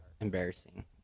embarrassing